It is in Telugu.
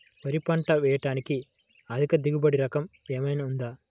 వరి పంట వేయటానికి అధిక దిగుబడి రకం ఏమయినా ఉందా?